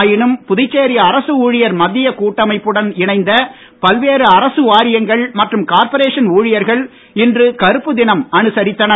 ஆயினும் புதுச்சேரி அரசு ஊழியர் மத்திய கூட்டமைப்புடன் இணைந்த பல்வேறு அரசு வாரியங்கள் மற்றும் கார்ப்பரேஷன் ஊழியர்கள் இன்று கறுப்பு தினம் அனுசரித்தனர்